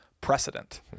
precedent